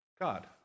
God